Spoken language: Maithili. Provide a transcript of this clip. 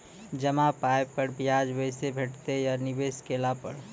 जमा पाय पर ब्याज बेसी भेटतै या निवेश केला पर?